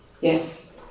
Yes